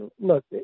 look